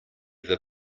that